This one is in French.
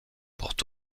portes